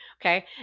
okay